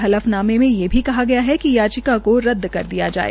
हलफनामे में ये भी कहा गया है कि याचिका को रद्द कर दिया जाए